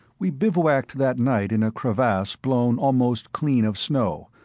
we bivouacked that night in a crevasse blown almost clean of snow,